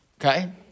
Okay